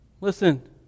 Listen